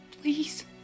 Please